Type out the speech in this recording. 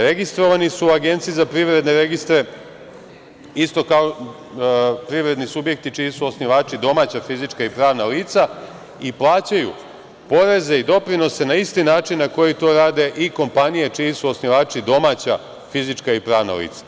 Registrovana su u APR isto kao privredni subjekti čiji su osnivači domaća fizička i pravna lica i plaćaju poreze i doprinose na isti način na koji to rade i kompanije čiji su osnivači domaća fizička i pravna lica.